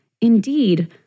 indeed